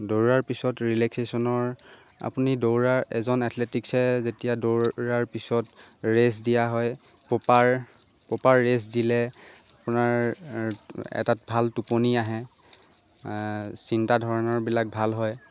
দৌৰাৰ পিছত ৰিলেক্সেশ্যনৰ আপুনি দৌৰাৰ এজন এথলেটিকছে যেতিয়া দৌৰাৰ পিছত ৰেচ দিয়া হয় পপাৰ পপাৰ ৰেচ দিলে আপোনাৰ এটা ভাল টোপনি আহে চিন্তা ধৰণাবিলাক ভাল হয়